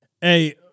Hey